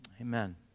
amen